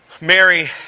Mary